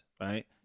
right